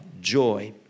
joy